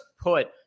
put